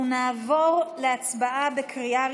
נעבור להצבעה בקריאה,